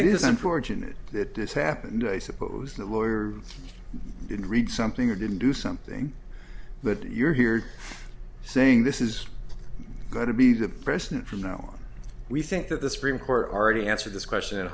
is unfortunate that this happened i suppose that lawyer didn't read something or didn't do something but you're here saying this is going to be the present from now on we think that the supreme court already answered this question